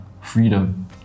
freedom